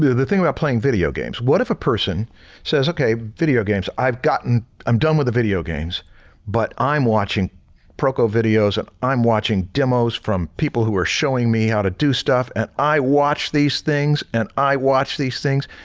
the the thing about playing video games, what if a person says, okay, video games, i am um done with the video games but i am watching proko videos and i am watching demos from people who are showing me how to do stuff and i watch these things, and i watch these things.